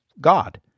God